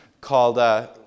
Called